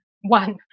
one